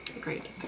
Great